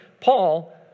Paul